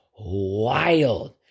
wild